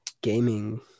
gaming